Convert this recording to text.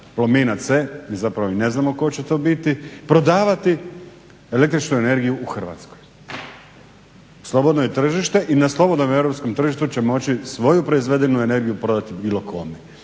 Plomina C, mi zapravo i ne znamo tko će to biti, prodavati električnu energiju u Hrvatskoj. Slobodno je tržište i na slobodnom europskom tržištu će moći svoju proizvedenu energiju prodati bilo kome.